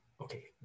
okay